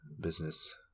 business